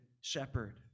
shepherd